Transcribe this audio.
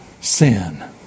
sin